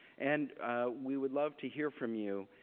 and we would love to hear from you.